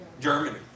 Germany